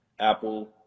Apple